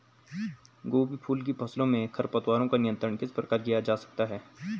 गोभी फूल की फसलों में खरपतवारों का नियंत्रण किस प्रकार किया जा सकता है?